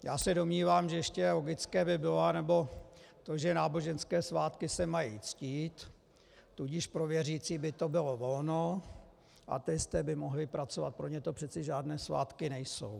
Já se domnívám, že ještě logické by bylo to, že náboženské svátky se mají ctít, tudíž pro věřící by bylo volno, ateisté by mohli pracovat, pro ně to přece žádné svátky nejsou.